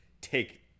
take